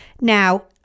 Now